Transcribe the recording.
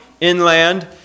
inland